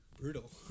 brutal